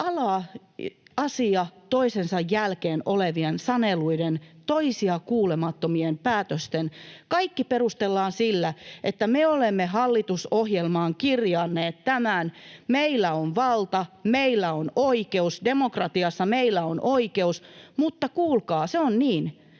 Nämä asia toisensa jälkeen olevat sanelut, toisia kuulemattomat päätökset — kaikki perustellaan sillä, että me olemme hallitusohjelmaan kirjanneet tämän. Meillä on valta, meillä on oikeus, demokratiassa meillä on oikeus. Mutta kuulkaa, se on niin,